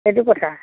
সেইটো কথা